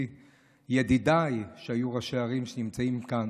ידידיי שהיו ראשי ערים שנמצאים כאן